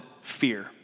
fear